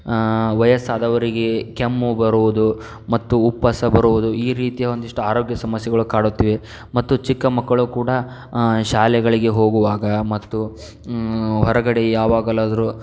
ವಯಸ್ಸಾದವರಿಗೆ ಕೆಮ್ಮು ಬರುವುದು ಮತ್ತು ಉಪ್ಪಸ ಬರುವುದು ಈ ರೀತಿಯ ಒಂದಿಷ್ಟು ಆರೋಗ್ಯ ಸಮಸ್ಯೆಗಳು ಕಾಡುತ್ತಿವೆ ಮತ್ತು ಚಿಕ್ಕ ಮಕ್ಕಳು ಕೂಡ ಶಾಲೆಗಳಿಗೆ ಹೋಗುವಾಗ ಮತ್ತು ಹೊರಗಡೆ ಯಾವಾಗಲಾದರು